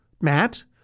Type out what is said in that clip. Matt